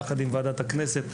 יחד עם ועדת הכנסת,